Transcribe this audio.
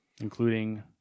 including